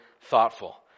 thoughtful